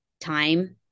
time